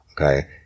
Okay